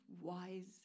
wise